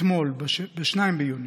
אתמול, ב-2 ביוני,